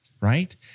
right